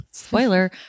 Spoiler